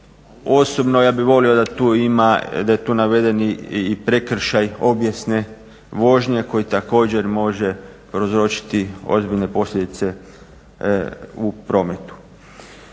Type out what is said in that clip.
Osobno ja bih volio da tu ima, da je tu i navedeni i prekršaj obijesne vožnje koji također može prouzročiti ozbiljne posljedice u prometu.